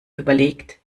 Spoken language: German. überlegt